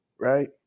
right